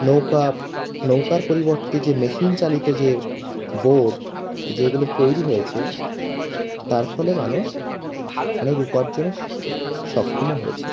নৌকা নৌকার পরিবর্তে যে মেশিন চালিত যে বোট যেগুলো তৈরি হয়েছে তার ফলে মানুষ অনেক উপার্জনে সক্ষমও হয়েছে